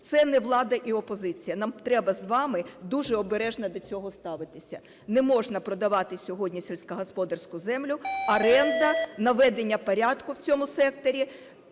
Це не влада і опозиція. Нам треба з вами дуже обережно до цього ставитися, не можна продавати сьогодні сільськогосподарську землю. Оренда, наведення порядку в цьому секторі,